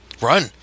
Run